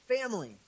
family